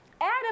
Adam